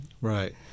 Right